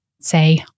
say